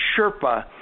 Sherpa